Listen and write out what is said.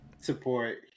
Support